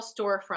storefront